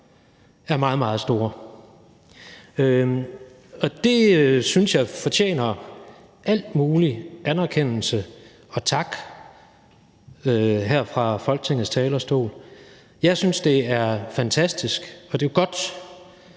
er meget, meget store. Det synes jeg fortjener al mulig anerkendelse og tak her fra Folketingets talerstol. Jeg synes, det er fantastisk og godt,